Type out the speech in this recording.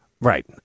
Right